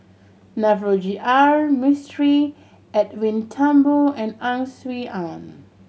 Navroji R Mistri Edwin Thumboo and Ang Swee Aun